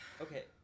Okay